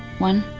one